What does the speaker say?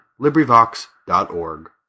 LibriVox.org